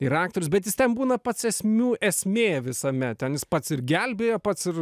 ir aktorius bet jis ten būna pats esmių esmė visame ten jis pats ir gelbėja pats ir